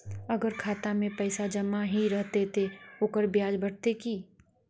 अगर खाता में पैसा जमा ही रहते ते ओकर ब्याज बढ़ते की?